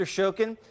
Shokin